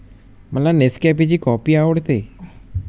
मला नेसकॅफेची कॉफी आवडते